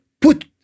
put